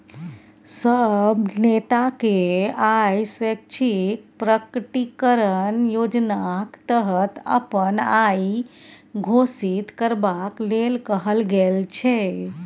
सब नेताकेँ आय स्वैच्छिक प्रकटीकरण योजनाक तहत अपन आइ घोषित करबाक लेल कहल गेल छै